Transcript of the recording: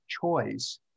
choice